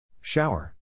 Shower